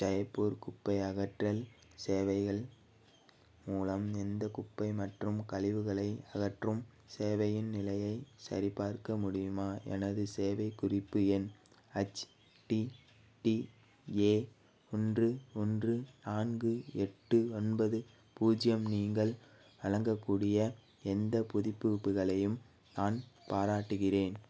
ஜெய்ப்பூர் குப்பை அகற்றல் சேவைகள் மூலம் எந்த குப்பை மற்றும் கழிவுகளை அகற்றும் சேவையின் நிலையைச் சரிபார்க்க முடியுமா எனது சேவைக் குறிப்பு எண் ஹெச்டிடிஏ ஒன்று ஒன்று நான்கு எட்டு ஒன்பது பூஜ்ஜியம் நீங்கள் வழங்கக்கூடிய எந்த புதுப்பிப்புகளையும் நான் பாராட்டுகிறேன்